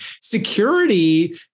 Security